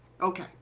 Okay